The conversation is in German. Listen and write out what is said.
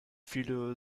viele